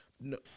no